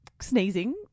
sneezing